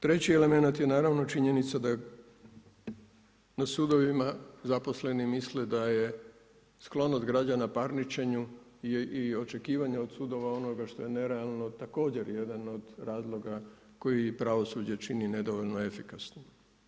Treći elemenat je naravno činjenica da je na sudovima, zaposleni misle da je sklonost građana parničenju i očekivanje od sudova onoga što je nerealno također jedan od razloga koji pravosuđe čini nedovoljno efikasnim.